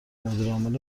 مدیرعامل